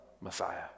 Messiah